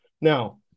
now